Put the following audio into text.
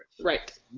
Right